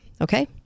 Okay